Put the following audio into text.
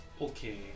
Okay